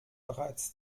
bereits